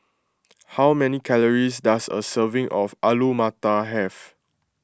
how many calories does a serving of Alu Matar have